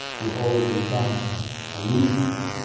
with all of the dante allusion,